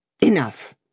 Enough